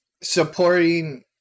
supporting